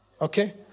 Okay